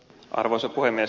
arvoisa puhemies